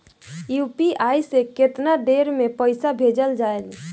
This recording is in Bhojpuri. यू.पी.आई से केतना देर मे पईसा भेजा जाई?